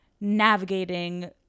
navigating